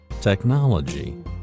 technology